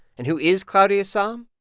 and who is claudia sahm?